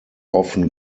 often